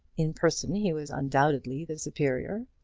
in person he was undoubtedly the superior.